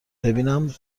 ببینم